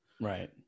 right